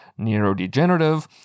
neurodegenerative